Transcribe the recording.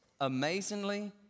amazingly